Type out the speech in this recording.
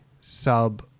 sub